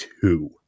two